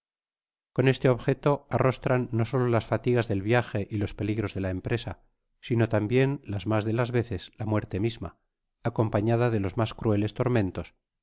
con este objeto arrostran no solo las fatigas dt l viaje y los peligros de la empresa sino también las mas do las veces la muerte misma acompañada de los mas crueles tormentos